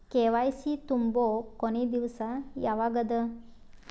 KYC ತುಂಬೊ ಕೊನಿ ದಿವಸ ಯಾವಗದ?